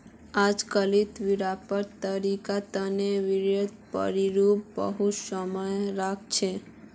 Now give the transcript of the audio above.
अजकालित व्यापारत तरक्कीर तने वित्तीय प्रतिरूप बहुत मायने राख छेक